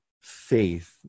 faith